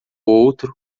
outro